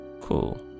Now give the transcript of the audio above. Cool